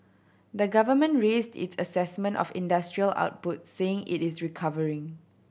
the government raised its assessment of industrial output saying it is recovering